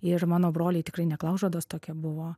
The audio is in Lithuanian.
ir mano broliai tikrai neklaužados tokie buvo